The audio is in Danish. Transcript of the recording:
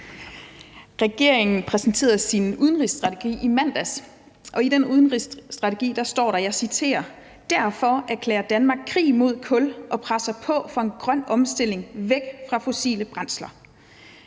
Regeringen præsenterede sin udenrigsstrategi i mandags, og i den udenrigsstrategi står der, og jeg citerer: »Derfor erklærer Danmark krig mod kul og presser på for en grøn omstilling væk fra fossile brændstoffer.«